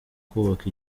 kubaka